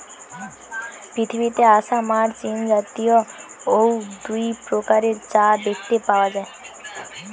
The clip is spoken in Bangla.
পৃথিবীতে আসাম আর চীনজাতীয় অউ দুই প্রকারের চা গাছ দেখতে পাওয়া যায়